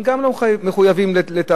גם הם לא מחויבים לתאריכים.